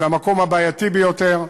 זה המקום הבעייתי ביותר.